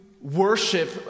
worship